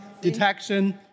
detection